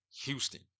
Houston